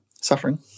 suffering